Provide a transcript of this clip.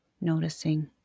noticing